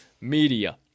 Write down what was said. Media